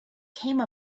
came